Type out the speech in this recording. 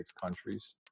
countries